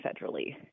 federally